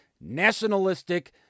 nationalistic